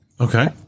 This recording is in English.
Okay